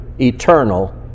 eternal